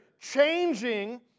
changing